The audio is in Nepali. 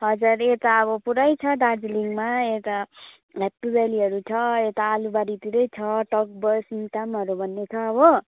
हजुर यता अब पुरै छ दार्जिलिङमा यता ह्याप्पी भ्याल्लीहरू छ आलुबारीतिरै छ टकभर सिङ्तामहरू भन्ने छ हो